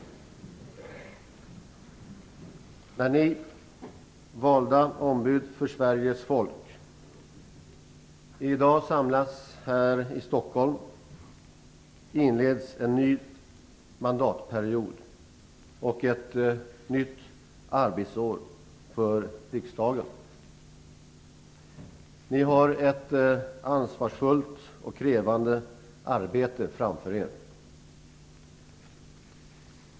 När ni valda ombud för Sveriges folk i dag samlas här i Stockholm inleds en ny mandatperiod och ett nytt arbetsår för riksdagen. Ni har ett ansvarsfullt och krävande arbete framför er.